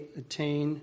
attain